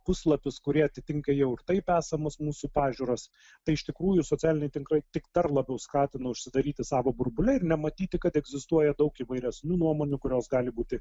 puslapius kurie atitinka jau ir taip esamas mūsų pažiūras tai iš tikrųjų socialiniai tinklai tik dar labiau skatina užsidaryti savo burbule ir nematyti kad egzistuoja daug įvairesnių nuomonių kurios gali būti